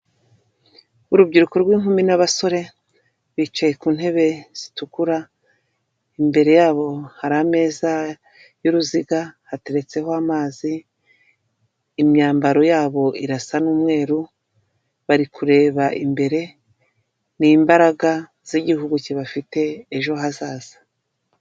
Urubyiruko rw'inkumi n'abasore bicaye ku ntebe zitukura imbere yabo hari ameza y'uruziga hateretseho amazi, imyambaro yabo irasa n'umweru bari kureba imbere ni imbaraga z'igihugu kibafite ejo hazaza.